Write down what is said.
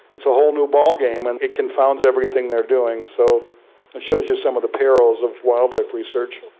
it's a whole new ball game and it confounds everything they are doing. so it shows you some of the perils of wildlife research.